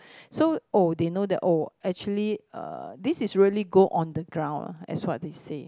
so oh they know that oh actually uh this is really go on the ground ah as what they say